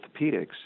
orthopedics